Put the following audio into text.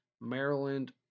Maryland